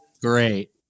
Great